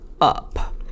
up